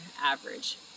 average